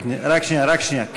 רק שנייה, רק שנייה.